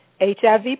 HIV